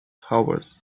hours